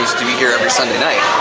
to be here every sunday night.